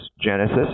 Genesis